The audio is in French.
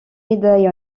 médaille